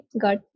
got